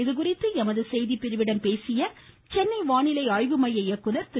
இதுகுறித்து எமது செய்திப்பிரிவிடம் பேசிய சென்னை வானிலை ஆய்வுமைய இயக்குனர் திரு